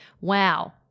Wow